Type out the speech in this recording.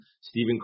Stephen